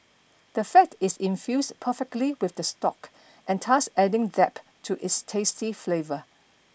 the fat is infused perfectly with the stock and thus adding depth to its tasty flavour